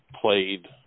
played